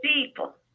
people